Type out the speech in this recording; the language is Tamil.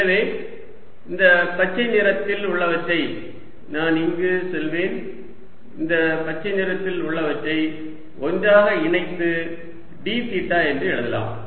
எனவே இந்த பச்சை நிறத்தில் உள்ளவற்றை நான் இங்கு செல்வேன் இந்த பச்சை நிறத்தில் உள்ளவற்றை ஒன்றாக இணைத்து d தீட்டா என்று எழுதலாம்